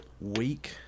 week